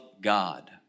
God